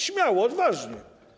Śmiało, odważnie.